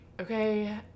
okay